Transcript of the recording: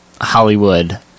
hollywood